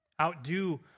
Outdo